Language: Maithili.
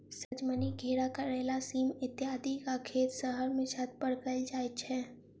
सजमनि, घेरा, करैला, सीम इत्यादिक खेत शहर मे छत पर कयल जाइत छै